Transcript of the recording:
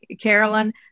Carolyn